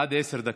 עד עשר דקות.